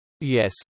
Yes